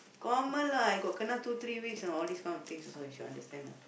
common lah I got kena two three weeks know all these kind of things also you should understand lah